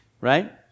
right